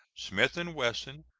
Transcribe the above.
smith and wesson,